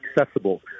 accessible